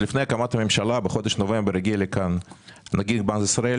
עוד לפני הקמת הממשלה בחודש נובמבר הגיע לכאן נגיד בנק ישראל